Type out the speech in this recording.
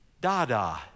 dada